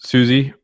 Susie